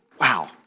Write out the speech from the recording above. Wow